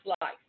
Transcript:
life